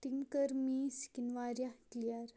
تمۍ کٔر میٲنٛۍ سِکِن واریاہ کِلیر